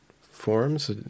forms